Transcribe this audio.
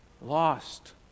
lost